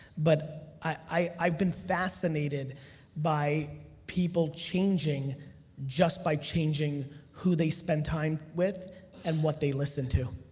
but, i've been fascinated by people changing just by changing who they spend time with and what they listen to.